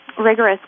rigorous